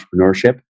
Entrepreneurship